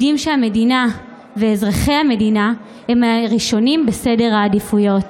יודעים שהמדינה ואזרחי המדינה הם הראשונים בסדר העדיפויות.